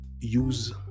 use